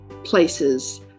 Places